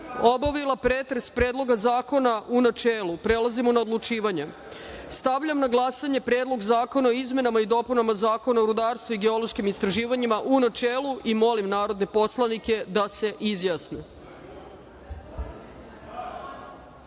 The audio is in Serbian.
obavila pretres Predloga zakona u načelu, prelazimo na odlučivanje. Stavljam na glasanje Predlog zakona o izmenama i dopunama Zakona o rudarstvu i geološkim istraživanjima, u načelu. Molim narodne poslanike da se